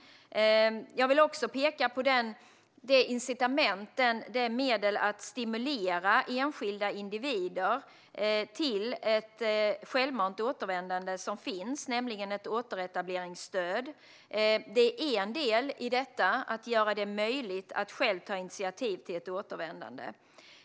Jag vill också peka på det incitament, det medel, som finns för att stimulera enskilda individer till att självmant återvända, nämligen ett återetableringsstöd. Det är en del i fråga om att göra det möjligt för människor att själva ta initiativ till ett återvändande.